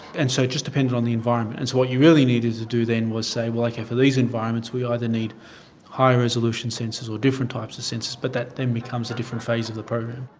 and so it just depends on the environment. and so what you really needed to do then was say, okay, like for these environments we either need higher resolution sensors or different types of sensors. but that then becomes a different phase of the program.